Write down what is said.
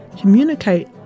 communicate